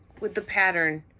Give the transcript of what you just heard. with the pattern.